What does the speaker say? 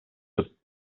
with